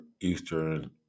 Eastern